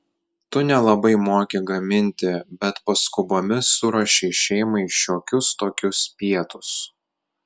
tu nelabai moki gaminti bet paskubomis suruošei šeimai šiokius tokius pietus